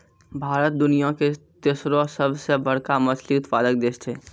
भारत दुनिया के तेसरो सभ से बड़का मछली उत्पादक देश छै